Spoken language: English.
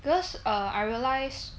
because err I realised